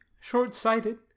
short-sighted